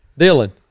Dylan